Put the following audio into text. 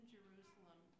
Jerusalem